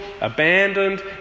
abandoned